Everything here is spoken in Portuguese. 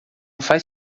faz